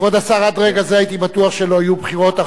כבוד השר, עד רגע זה הייתי בטוח שלא יהיו בחירות.